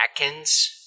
Atkins